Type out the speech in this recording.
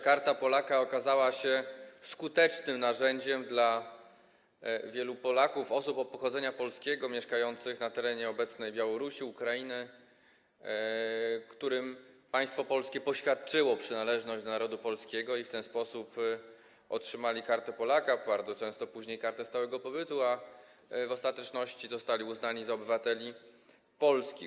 Karta Polaka okazała się skutecznym narzędziem dla wielu Polaków, osób pochodzenia polskiego, mieszkających na terenie obecnej Białorusi, Ukrainy, którym państwo polskie poświadczyło przynależność do narodu polskiego i którzy w ten sposób otrzymali Kartę Polaka, bardzo często później kartę stałego pobytu, a w ostateczności zostali uznani za obywateli polskich.